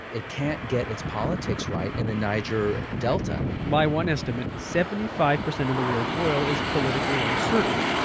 it can't get its politics right in the niger delta by one estimate, seventy five percent of the world's oil is politically uncertain.